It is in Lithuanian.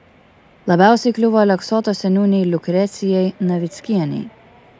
labiausiai kliuvo aleksoto seniūnei liukrecijai navickienei